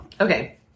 Okay